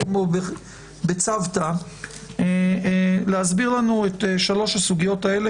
או בצוותא להסביר לנו את שלוש הסוגיות האלה,